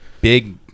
big